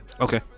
Okay